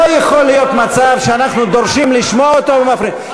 לא יכול להיות מצב שאנחנו דורשים לשמוע אותו ומפריעים.